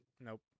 Nope